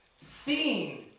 seen